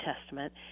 Testament